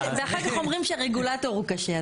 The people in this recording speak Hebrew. ואחר כך אומרים שרגולטור הוא קשה.